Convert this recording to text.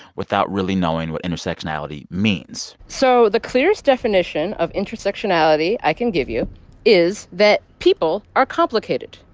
without really knowing what intersectionality means so the clearest definition of intersectionality i can give you is that people are complicated,